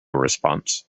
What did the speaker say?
response